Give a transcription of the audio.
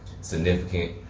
significant